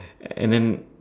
and then